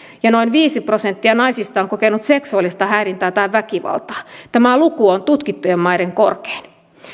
ja noin viisi prosenttia naisista on kokenut seksuaalista häirintää tai väkivaltaa tämä luku on tutkittujen maiden korkein